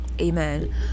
amen